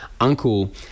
uncle